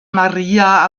maria